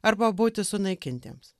arba būti sunaikintiems